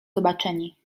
zobaczeni